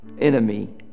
enemy